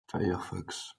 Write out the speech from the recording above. firefox